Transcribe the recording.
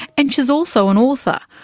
and she's also an author.